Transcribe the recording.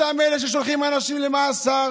אותם אלה ששולחים אנשים למאסר